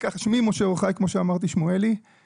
שמי משה אור חי שמואלי, כמו שאמרתי.